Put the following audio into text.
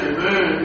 Amen